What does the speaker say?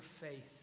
faith